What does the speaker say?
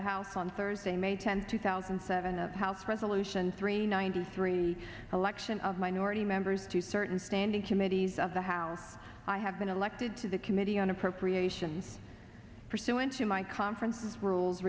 the house on thursday may tenth two thousand and seven of house resolution three ninety three election of minority members to certain standing committees of the house i have been elected to the committee on appropriations pursuant to my conference rules